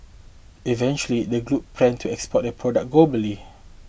eventually the group plans to export products globally